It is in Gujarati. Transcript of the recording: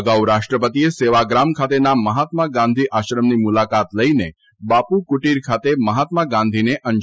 અગાઉ રાષ્ટ્રપતિએ સેવાગ્રામ ખાતેના મહાત્મા ગાંધી આશ્રમની મુલાકાત લઇને બાપુ કુટિર ખાતે મહાત્મા ગાંધીને અંજલિ આપી હતી